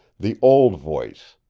the old voice,